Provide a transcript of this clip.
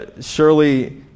Surely